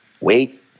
wait